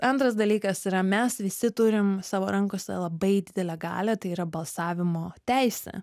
antras dalykas yra mes visi turim savo rankose labai didelę galią tai yra balsavimo teisę